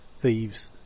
thieves